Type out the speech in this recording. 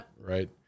Right